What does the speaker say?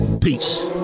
Peace